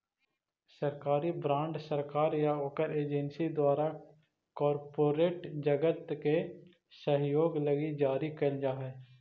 सरकारी बॉन्ड सरकार या ओकर एजेंसी द्वारा कॉरपोरेट जगत के सहयोग लगी जारी कैल जा हई